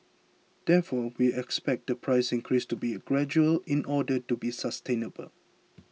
therefore we expect the price increase to be gradual in order to be sustainable